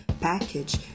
package